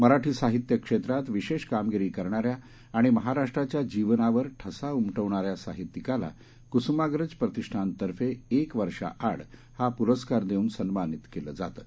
मराठी साहित्य क्षेत्रात विशेष कामगिरी करणाऱ्या आणि महाराष्ट्राच्या जीवनावर ठसा उमटविणाऱ्या साहित्यिकाला कुसुमाग्रज प्रतिष्ठानतर्फे एक वर्षाआड हा पुरस्कार देऊन सन्मानित केलं जातं